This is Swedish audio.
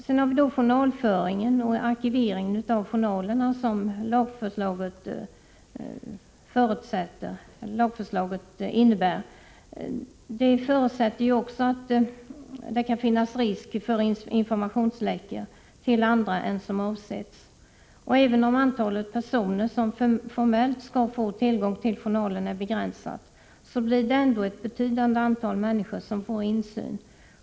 Dessutom kan den journalföring och den arkivering av journalerna som lagförslaget förutsätter innebära en risk för att information läcker ut och når andra än vad som är avsett. Även om antalet personer som formellt skall ha tillgång till journalerna är begränsat, blir det ett betydande antal människor som får insyn.